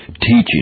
teaching